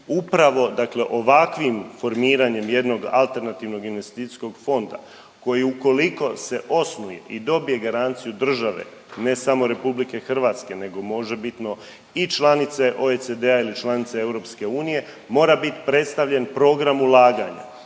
Upravo dakle ovakvim formiranjem jednog alternativnog investicijskog fonda koji, ukoliko se osnuje i dobije garanciju države, ne samo RH, nego možebitno i članice OECD-a ili članice EU, mora biti predstavljen program ulaganja